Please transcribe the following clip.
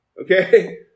okay